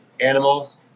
animals